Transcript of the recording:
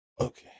Okay